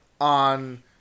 on